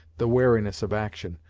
the wariness of action,